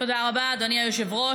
תודה רבה, אדוני היושב-ראש.